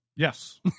Yes